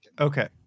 Okay